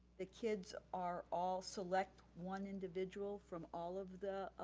the kids are all select one individual from all of the,